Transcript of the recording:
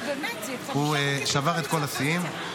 שבר את כל השיאים.